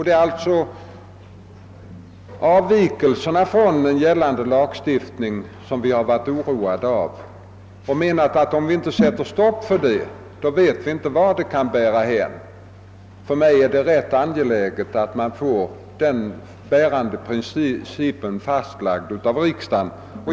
Det är avvikelserna från en gällande lagstiftning som vi har varit oroade av. Vi har menat att om vi inte sätter stopp för dessa avvikelser, vet vi inte vart det kan bära hän. För mig är det rätt angeläget att man får den bärande principen fastlagd av riksdagen.